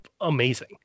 amazing